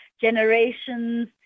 generations